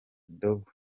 dove